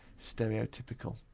stereotypical